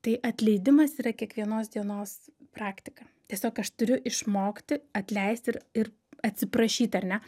tai atleidimas yra kiekvienos dienos praktika tiesiog aš turiu išmokti atleisti ir ir atsiprašyt ar ne